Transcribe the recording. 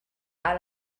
out